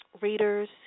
Readers